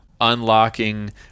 Unlocking